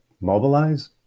mobilize